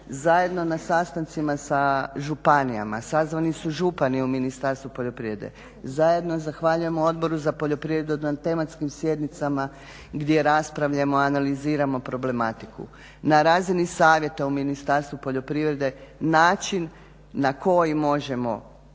zajedno na sastancima sa županijama, sazvani su župani u Ministarstvu poljoprivrede, zajedno zahvaljujemo Odboru za poljoprivredu na tematskim sjednicama gdje raspravljamo i analiziramo problematiku. Na razini savjeta u Ministarstvu poljoprivrede način na koji možemo